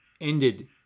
ended